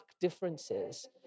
differences